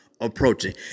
approaching